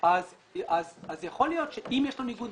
אז יכול להיות שאם יש לו ניגוד